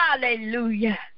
Hallelujah